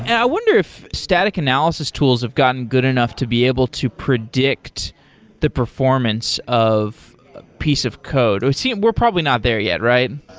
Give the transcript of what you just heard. i wonder if static analysis tools have gotten good enough to be able to predict the performance of piece of code. we're probably not there yet, right?